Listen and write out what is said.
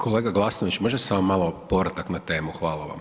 Kolega Glasnović može samo malo, povratak na temu, hvala vam.